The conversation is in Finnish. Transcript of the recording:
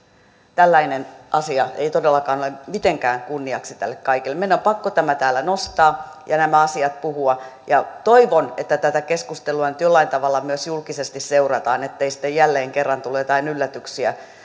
tällainen asia ei todellakaan ole mitenkään kunniaksi tälle kaikelle meidän on pakko tämä täällä nostaa ja nämä asiat puhua ja toivon että tätä keskustelua nyt jollain tavalla myös julkisesti seurataan ettei sitten jälleen kerran tule jotain yllätyksiä